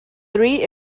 three